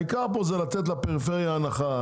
העיקר פה זה לתת לפריפריה הנחה,